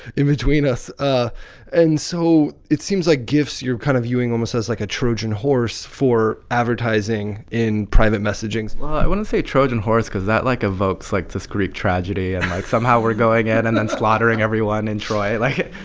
in between us. ah and so it seems like gifs you're kind of viewing almost as like a trojan horse for advertising in private messaging well, i wouldn't say trojan horse cause that, like, evokes, like, this greek tragedy and, like, somehow we're going in and then slaughtering everyone in troy. like,